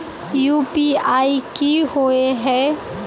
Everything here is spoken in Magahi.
यु.पी.आई की होय है?